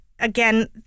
Again